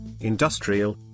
industrial